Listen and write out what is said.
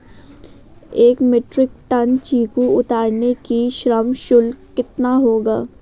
एक metric ton चीकू उतारने का श्रम शुल्क कितना होगा?